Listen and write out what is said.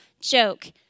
joke